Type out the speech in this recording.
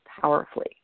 powerfully